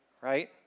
Right